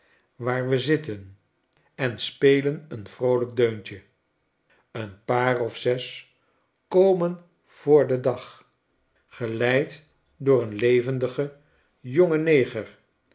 waar we zitten en spelen een vroolijk deuntje een paar of zes komen voor den dag geleid door een levendigen jongen neger